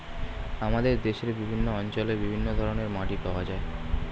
আমাদের দেশের বিভিন্ন অঞ্চলে বিভিন্ন ধরনের মাটি পাওয়া যায়